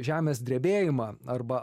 žemės drebėjimą arba